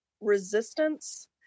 resistance